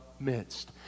midst